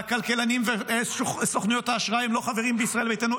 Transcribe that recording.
והכלכלנים וסוכנויות האשראי הם לא חברים בישראל ביתנו.